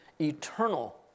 eternal